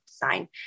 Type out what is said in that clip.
design